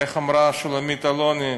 איך אמרה שולמית אלוני,